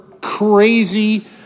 crazy